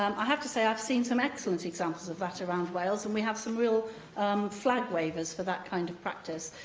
um i have to say, i've seen some excellent examples of that around wales, and we have some real flag wavers for that kind of practice.